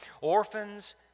orphans